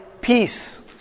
peace